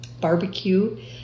barbecue